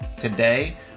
Today